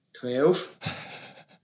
twelve